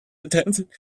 attempting